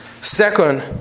Second